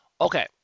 Okay